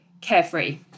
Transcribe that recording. carefree